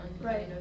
Right